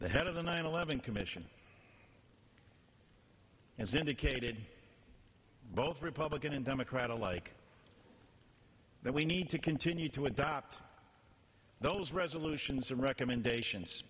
the head of the nine eleven commission has indicated both republican and democrat alike that we need to continue to adopt those resolutions or recommendations